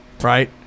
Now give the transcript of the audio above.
right